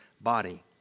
body